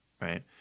right